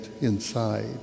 inside